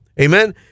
Amen